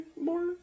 more